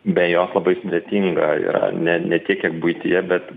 be jos labai sudėtinga yra ne ne tiek kiek buityje bet